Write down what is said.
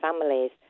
families